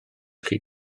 chi